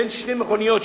בין שתי מכוניות,